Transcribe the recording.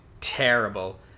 terrible